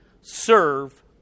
Serve